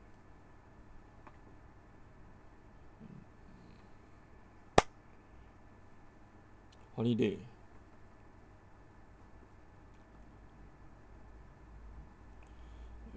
holiday